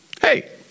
Hey